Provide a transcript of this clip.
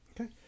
Okay